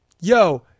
Yo